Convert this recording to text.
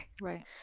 right